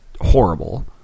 horrible